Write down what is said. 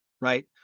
right